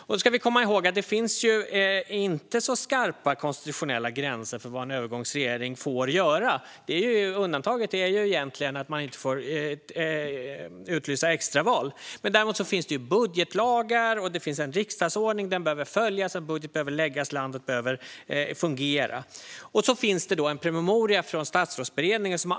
Vi ska komma ihåg att det inte finns särskilt skarpa konstitutionella gränser för vad en övergångsregering får göra. Undantaget är egentligen att man inte får utlysa extra val. Däremot finns det budgetlagar och en riksdagsordning som behöver följas. En budget behöver läggas. Landet behöver fungera. Det finns också en promemoria från Statsrådsberedningen.